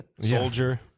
Soldier